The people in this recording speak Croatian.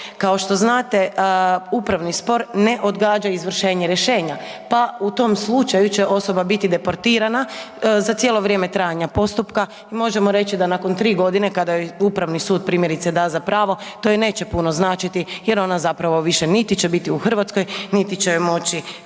Kao što znate, upravni spor ne odgađa izvršenje rješenja pa u tom slučaju će osoba biti deportirana za cijelo vrijeme trajanja postupka i možemo reći da nakon 3 g. kada joj upravni sud primjerice da za pravo, to joj neće puno značiti jer ona zapravo više niti će biti u Hrvatskoj niti će moći